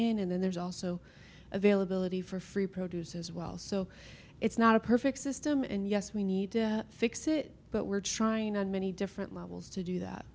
in and then there's also availability for free produce as well so it's not a perfect system and yes we need to fix it but we're trying on many different levels to do that